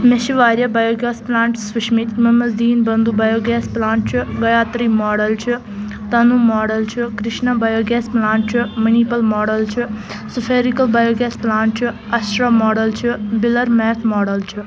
مےٚ چھِ وارِیاہ بَیوگیس پٕلانٹٕس وُچھمِتۍ یِمن منٛز دیٖن بنٛدھوٗ بَیوگیس پٕلانٛٹ چھُ گیاترٛی ماڈل چھُ تنو ماڈل چھُ کرٛشنا بَیوگیس پٕلانٛٹ چھُ مٔنیٖپال ماڈل چھُ سُفیرِکٕل بَیوگیس پٕلانٛٹ چھُ اشٹرا ماڈل چھُ بِلرمیتھ ماڈل چھُ